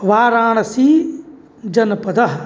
वाराणसीजनपदः